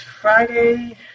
Friday